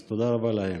אז תודה רבה להם.